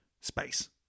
space